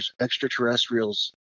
extraterrestrials